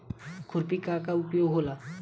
खुरपी का का उपयोग होला?